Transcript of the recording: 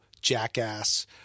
jackass